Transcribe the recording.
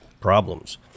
Problems